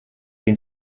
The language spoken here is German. den